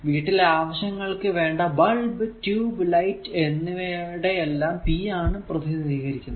വീട്ടിലെ ആവശ്യങ്ങൾക്ക് വേണ്ട ബൾബ് ട്യൂബ് ലൈറ്റ് എന്നിവയുടെയെല്ലാം p ആണ് പ്രതിനിധീകരിക്കുക